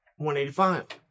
185